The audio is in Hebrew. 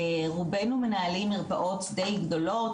רובינו מנהלים מרפאות די גדולות,